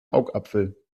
augapfel